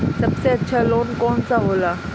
सबसे अच्छा लोन कौन सा होला?